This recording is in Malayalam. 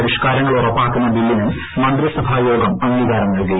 പരിഷ്കാരങ്ങൾ ഉറപ്പാക്കുന്ന ബില്ലിനും മന്ത്രിസഭായോഗിം അംഗീകാരം നല്കി